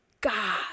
God